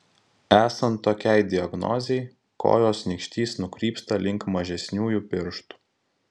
esant tokiai diagnozei kojos nykštys nukrypsta link mažesniųjų pirštų